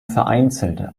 vereinzelt